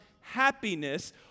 happiness